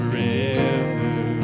river